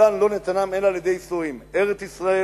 וכולן לא נתנן אלא על-ידי ייסורים: ארץ-ישראל,